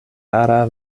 rara